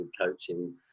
coaching